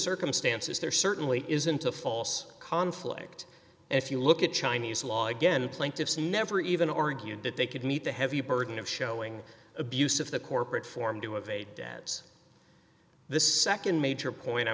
circumstances there certainly isn't a false conflict if you look at chinese law again plaintiffs never even argued that they could meet the heavy burden of showing abuse of the corporate form to evade debts the nd major point i